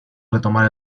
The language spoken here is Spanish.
retomar